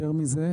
יותר מזה,